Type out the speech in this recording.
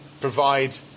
provide